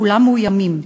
כולם מאוימים.